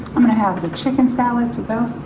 i'm gonna have the chicken salad to go.